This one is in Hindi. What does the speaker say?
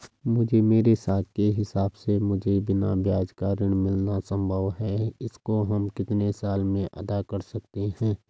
मुझे मेरे साख के हिसाब से मुझे बिना ब्याज का ऋण मिलना संभव है इसको हम कितने साल में अदा कर सकते हैं?